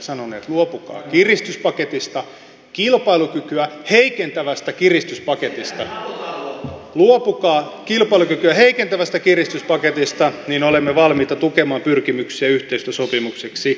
luopukaa kiristyspaketista kilpailukykyä heikentävästä kiristyspaketista luopukaa kilpailukykyä heikentävästä kiristyspaketista niin olemme valmiita tukemaan pyrkimyksiä yhteistyösopimukseksi